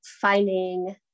finding